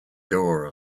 door